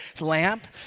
lamp